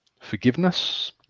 forgiveness